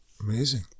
Amazing